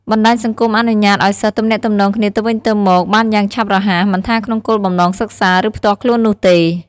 បណ្ដាញសង្គមអនុញ្ញាតឱ្យសិស្សទំនាក់ទំនងគ្នាទៅវិញទៅមកបានយ៉ាងឆាប់រហ័ស មិនថាក្នុងគោលបំណងសិក្សា ឬផ្ទាល់ខ្លួននោះទេ។